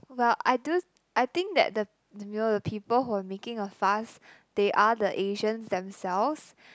well I do I think that the you know the people who were making a fuss they are the Asians themselves